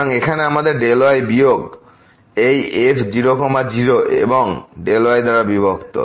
সুতরাং এখানে আমাদের y বিয়োগ এই f 0 0 এবং yদ্বারা বিভক্ত